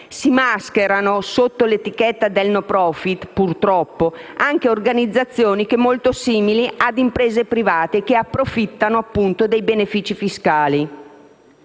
Si mascherano sotto l'etichetta del *no profit*, purtroppo, anche organizzazioni molto simili a imprese private, che approfittano dei benefici fiscali.